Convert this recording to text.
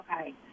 Okay